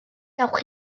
gewch